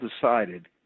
decided